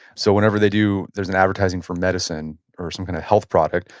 so whenever they do, there's an advertising for medicine or some kind of health product,